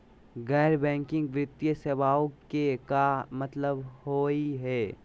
गैर बैंकिंग वित्तीय सेवाएं के का मतलब होई हे?